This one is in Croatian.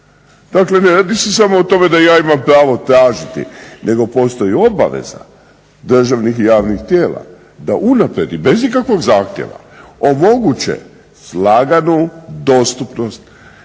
Dakle, ne radi se samo o tome da ja imam pravo tražiti nego postoji i obaveza državnih i javnih tijela da unaprijed i bez ikakvog zahtjeva omoguće …/Govornik